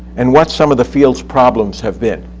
and what some of the field's problems have been.